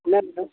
என்ன வேணும்